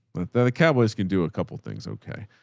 the the cowboys can do a couple of things. okay.